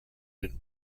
been